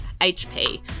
hp